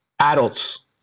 adults